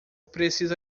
preciso